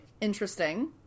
interesting